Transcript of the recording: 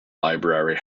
library